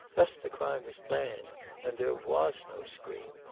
thus the crime was planned and there was no scream,